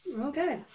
Okay